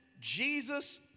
Jesus